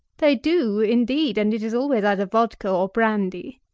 they do indeed, and it is always either vodka or brandy.